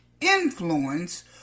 influence